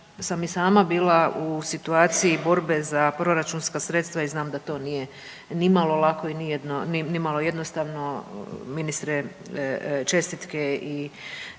sam i sama bila u situaciji borbe za proračunska sredstva i znam da to nije nimalo lako i nimalo jednostavno. Ministre, čestitke i